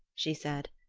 she said.